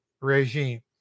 regime